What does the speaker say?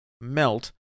melt